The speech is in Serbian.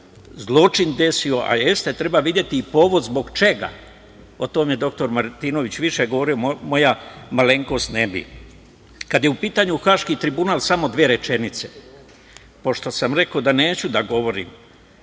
zločin desio, a jeste, treba videti i povod zbog čega. O tome je dr Martinović više govorio, moja malenkost ne bi. Kada je u pitanju Haški tribunal, samo dve rečenice. Pošto sam rekao da neću da govorim